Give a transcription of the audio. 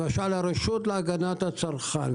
למשל: הרשות להגנת הצרכן.